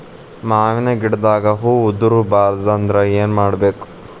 ಮಾವಿನ ಗಿಡದಾಗ ಹೂವು ಉದುರು ಬಾರದಂದ್ರ ಏನು ಮಾಡಬೇಕು?